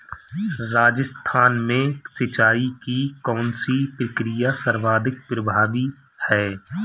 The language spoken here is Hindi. राजस्थान में सिंचाई की कौनसी प्रक्रिया सर्वाधिक प्रभावी है?